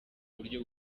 buryo